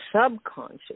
subconscious